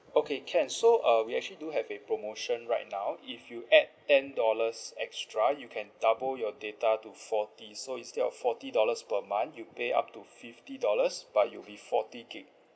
okay can so uh we actually do have a promotion right now if you add ten dollars extra you can double your data to forty so instead of forty dollars per month you pay up to fifty dollars but it'll be forty gigabytes